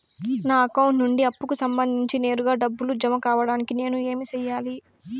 నా అకౌంట్ నుండి అప్పుకి సంబంధించి నేరుగా డబ్బులు జామ కావడానికి నేను ఏమి సెయ్యాలి?